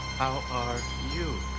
how are you?